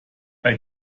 bei